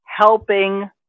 helping